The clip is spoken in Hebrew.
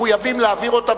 מחויבים להעביר אותם,